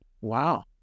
Wow